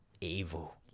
evil